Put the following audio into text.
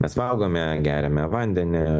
mes valgome geriame vandenį